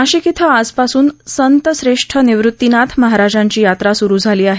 नाशिक इथं आजपासून संत श्रेष्ठ निवृत्तीनाथ महाराजांची यात्रा सूरु झाली आहे